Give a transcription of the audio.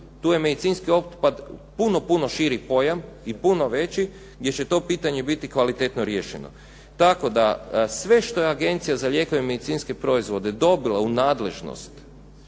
Tu je medicinski otpad puno širi pojam i puno veći gdje će to pitanje biti kvalitetno riješeno, tako da sve što je Agencija za lijekove i medicinske proizvode dobila u nadležnost